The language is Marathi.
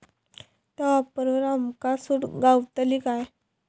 त्या ऍपवर आमका सूट गावतली काय?